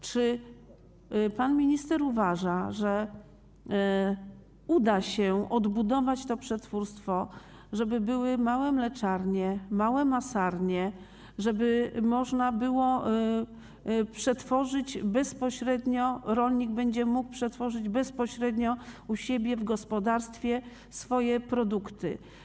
Czy pan minister uważa, że uda się odbudować to przetwórstwo, żeby były małe mleczarnie, małe masarnie, żeby można było przetworzyć bezpośrednio, że rolnik będzie mógł przetworzyć bezpośrednio u siebie w gospodarstwie swoje produkty?